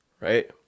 right